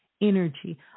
energy